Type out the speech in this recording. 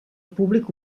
públic